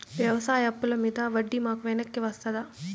వ్యవసాయ అప్పుల మీద వడ్డీ మాకు వెనక్కి వస్తదా?